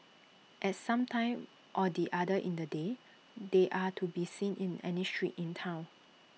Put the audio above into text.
at some time or the other in the day they are to be seen in any street in Town